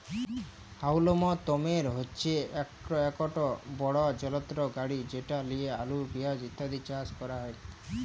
হাউলম তপের হছে ইকট বড় যলত্র গাড়ি যেট লিঁয়ে আলু পিয়াঁজ ইত্যাদি চাষ ক্যরা হ্যয়